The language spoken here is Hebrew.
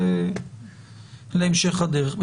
זה להמשך הדרך.